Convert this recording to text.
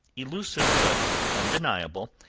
elusive but undeniable,